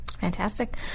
fantastic